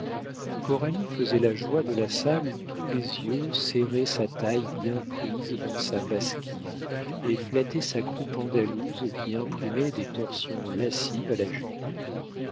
coralie faisait la joie de la salle où tous les yeux serraient sa taille bien prise dans sa basquine et flattaient sa croupe andalouse qui imprimait des torsions lascives à la jupe